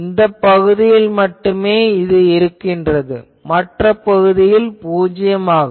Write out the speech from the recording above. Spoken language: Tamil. இந்த பகுதியில் மட்டுமே இது இருக்கும் மற்ற பகுதியில் பூஜ்யம் ஆகும்